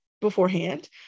beforehand